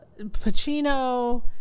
Pacino